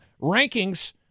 rankings